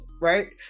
right